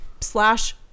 slash